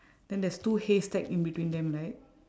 then there's two haystack in between them right